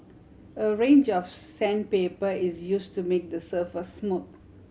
a range of sandpaper is use to make the surface smooth